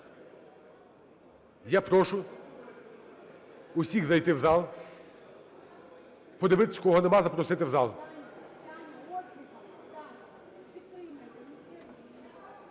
Я прошу всіх зайти в зал. Подивитись, кого нема, запросити в зал.